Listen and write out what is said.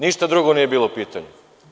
Ništa drugo nije bilo upitanju.